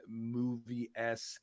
movie-esque